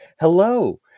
hello